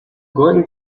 going